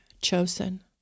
CHOSEN